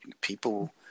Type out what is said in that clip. People